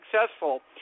successful